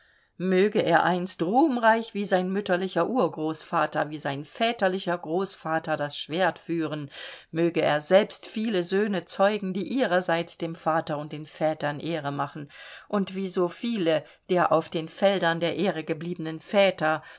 möge er einst ruhmreich wie sein mütterlicher urgroßvater wie sein väterlicher großvater das schwert führen möge er selbst viele söhne zeugen die ihrerseits dem vater und den vätern ehre machen und wie so viele der auf den feldern der ehre gebliebenen väter